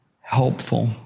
helpful